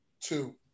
Two